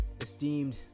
esteemed